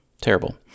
Terrible